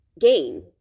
gain